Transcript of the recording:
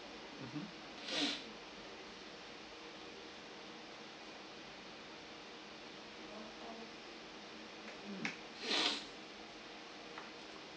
mmhmm mm